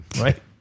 right